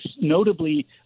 notably